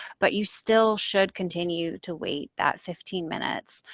but you still should continue to wait that fifteen minutes,